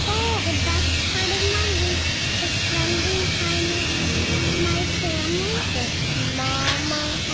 um the best part of my week is spending kind of with my family. with momma.